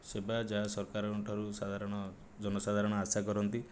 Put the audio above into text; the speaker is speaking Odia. ସେବା ଯାହା ସରକାରଙ୍କ ଠାରୁ ସାଧାରଣ ଜନସାଧାରଣ ଆଶା କରନ୍ତି